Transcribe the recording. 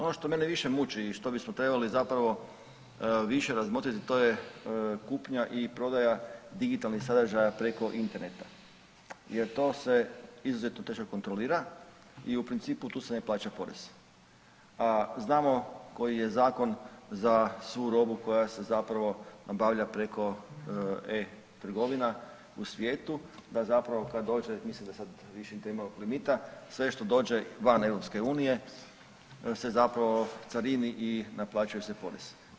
Ono što mene više muči i što bismo trebali zapravo više razmotriti to je kupnja i prodaja digitalnih sadržaja preko interneta jer to se izuzetno teško kontrolira i u principu tu se ne plaća porez, a znamo koji je zakon za svu robu koja se zapravo nabavlja preko e-trgovina u svijetu da zapravo kada dođe, mislim da sad … limita sve što dođe van EU se zapravo carini i naplaćuje se porez.